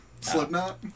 Slipknot